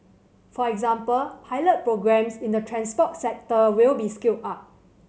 for example pilot programmes in the transport sector will be scaled up